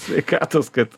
sveikatos kad